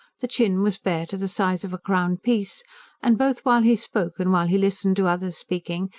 the chin was bare to the size of a crown-piece and, both while he spoke and while he listened to others speaking,